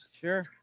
Sure